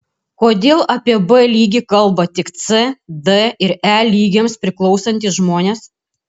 kodėl apie b lygį kalba tik c d ir e lygiams priklausantys žmonės